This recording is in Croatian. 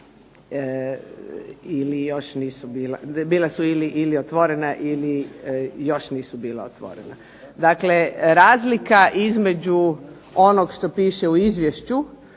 ili otvorena ili još nisu bila otvorena. Dakle, razlika između onog što piše u izvješću